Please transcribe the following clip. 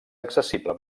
accessible